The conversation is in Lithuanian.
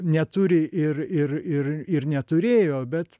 neturi ir ir ir ir neturėjo bet